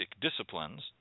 disciplines